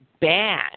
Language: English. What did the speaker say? bad